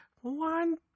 one